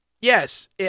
yes